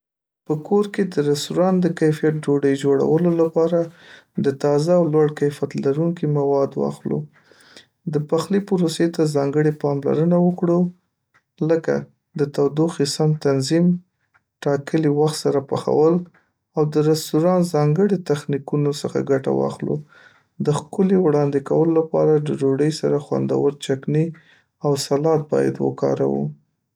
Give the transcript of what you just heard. په کور کې د رستورانت د کیفیت ډوډۍ جوړولو لپاره، د تازه او لوړ کیفیت لرونکي مواد واخلو. د پخلي پروسې ته ځانګړې پاملرنه وکړو، لکه د تودوخې سم تنظیم، ټاکلي وخت سره پخول او د رستورانت ځانګړي تخنیکونو څخه ګټه واخلو. د ښکليوړاندې کولو لپاره د ډوډۍ سره خوندور چکني او سلاد باید وکاروو.